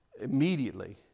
immediately